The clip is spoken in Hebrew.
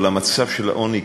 או למצב של עוני,